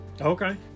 Okay